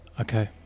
Okay